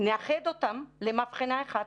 ונאחד אותם למבחנה אחת